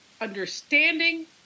understanding